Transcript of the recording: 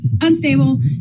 unstable